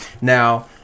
now